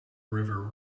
river